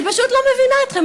אני פשוט לא מבינה אתכם.